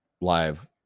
live